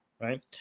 right